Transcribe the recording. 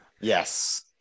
Yes